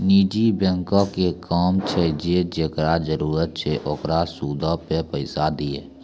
निजी बैंको के काम छै जे जेकरा जरुरत छै ओकरा सूदो पे पैसा दिये